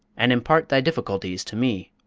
and impart thy difficulties to me.